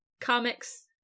comics